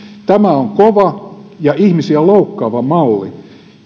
tämä on kova ja ihmisiä loukkaava malli